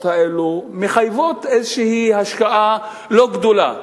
האלה מחייבים איזו השקעה לא גדולה.